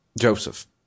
Joseph